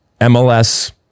MLS